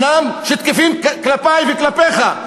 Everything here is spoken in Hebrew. שתקפים כלפי וכלפיך,